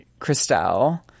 Christelle